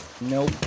Nope